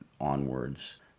onwards